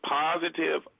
positive